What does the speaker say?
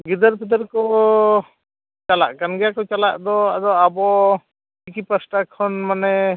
ᱜᱤᱫᱟᱹᱨ ᱯᱤᱫᱟᱹᱨ ᱠᱚ ᱪᱟᱞᱟᱜ ᱠᱟᱱ ᱜᱮᱭᱟ ᱠᱚ ᱪᱟᱞᱟᱜ ᱫᱚ ᱟᱫᱚ ᱟᱵᱚ ᱪᱤᱠᱤ ᱯᱟᱥᱦᱴᱟ ᱠᱷᱚᱱ ᱢᱟᱱᱮ